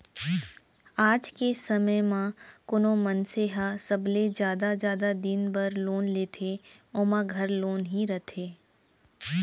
आज के समे म कोनो मनसे ह सबले जादा जादा दिन बर लोन लेथे ओमा घर लोन ही रथे